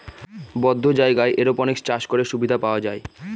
বদ্ধ জায়গায় এরপনিক্স চাষ করে সুবিধা পাওয়া যায়